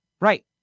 right